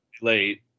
late